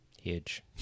Huge